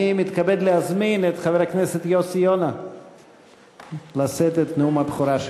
אני מתכבד להזמין את חבר הכנסת יוסי יונה לשאת את נאום הבכורה שלו.